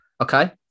okay